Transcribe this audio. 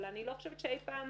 אבל אני לא חושבת שאי פעם